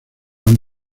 han